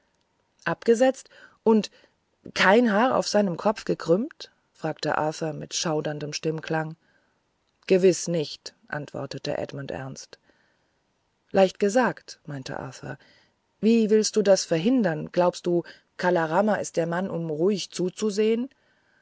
abgesetzt und kein haar auf seinem kopf gekrümmt fragte arthur mit schauderndem stimmklang gewiß nicht antwortete edmund ernst leicht gesagt meinte arthur wie willst du das verhindern glaubst du kala rama ist der mann um ruhig zuzusehen